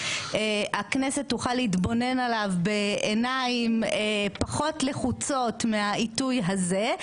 הכנסת תוכל להתבונן עליו בעיניים פחות לחוצות מהעיתוי הזה,